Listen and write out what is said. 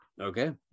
Okay